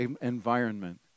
environment